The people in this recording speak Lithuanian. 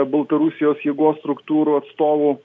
baltarusijos jėgos struktūrų atstovų